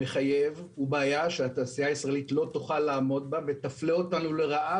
מחייב הוא בעיה שהתעשייה הישראלית לא תוכל לעמוד בה ותפלה אותנו לרעה,